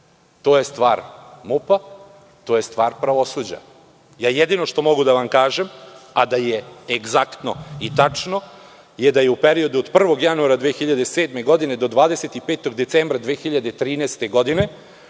To je stvar MUP, to je stvar pravosuđa. Jedino što mogu da vam kažem, a da je egzaktno i tačno, je da je u periodu od 1. januara 2007. godine do 25. decembra 2013. godine